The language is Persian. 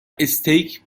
استیک